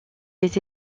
des